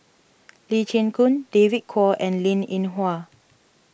Lee Chin Koon David Kwo and Linn in Hua